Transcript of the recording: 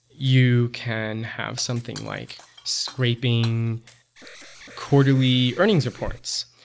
you can have something like scraping quarterly earnings reports,